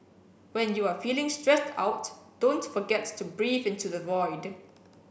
when you are feeling stressed out don't forget to breathe into the void